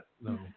No